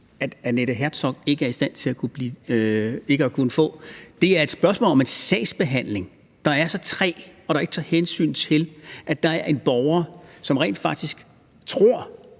at Annette Herzog ikke er i stand til at få statsborgerskab. Det er et spørgsmål om en sagsbehandling, der er så træg, og hvor der ikke tages hensyn til, at der er en borger, som rent faktisk tror